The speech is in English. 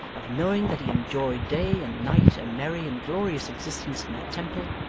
of knowing that he enjoyed day and night a merry and glorious existence in that temple,